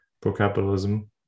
pro-capitalism